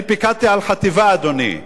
אני פיקדתי על חטיבה, אדוני.